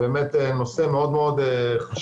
באמת נושא מאוד מאוד חשוב.